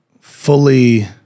fully